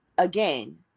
again